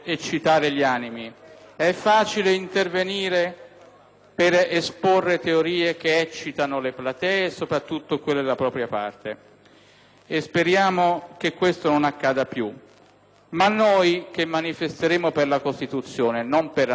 per esporre teorie che eccitano le platee e soprattutto quelle della propria parte; speriamo che questo non accada più. Ma noi, che manifesteremo per la Costituzione non per annetterci la figura del Presidente della Repubblica o per imbalsamarla,